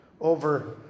over